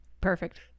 perfect